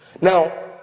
Now